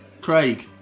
Craig